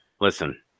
Listen